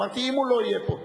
אמרתי: אם הוא לא יהיה פה.